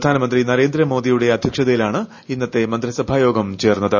പ്രധാനമന്ത്രി നരേന്ദ്ര മോദിയുടെ അധ്യക്ഷതയിലാണ് ഇന്നത്തെ മന്ത്രിസഭായോഗം ചേർന്നത്